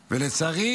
ולצערי,